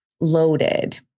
loaded